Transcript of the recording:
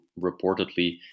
reportedly